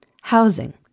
Housing